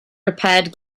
repaired